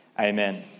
amen